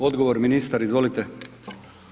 Odgovor ministar, izvolite.